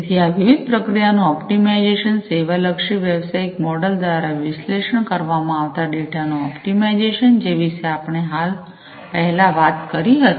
તેથી આ વિવિધ પ્રક્રિયાઓનું ઑપ્ટિમાઇઝેશન સેવા લક્ષી વ્યવસાયીક મોડેલ દ્વારા વિશ્લેષણ કરવામાં આવતા ડેટાનું ઑપ્ટિમાઇઝેશન જે વિશે આપણે પહેલા વાત કરી હતી